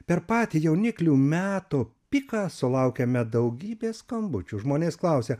per patį jauniklių metų piką sulaukiame daugybės skambučių žmonės klausia